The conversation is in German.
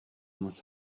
muss